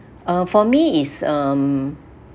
uh for me is um